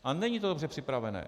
A není to dobře připravené.